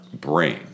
brain